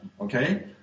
okay